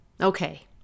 Okay